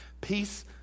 Peace